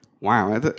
Wow